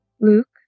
Luke